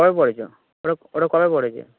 কবে পড়েছে ও ওটা কবে পড়েছে